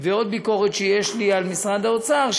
ועוד ביקורת שיש לי על משרד האוצר,